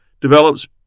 develops